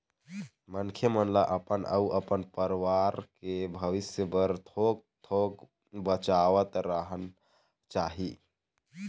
मनखे मन ल अपन अउ अपन परवार के भविस्य बर थोक थोक बचावतरहना चाही